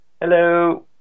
hello